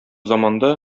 заманда